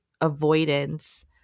avoidance